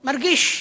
מרגיש,